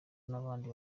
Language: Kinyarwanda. n’abandi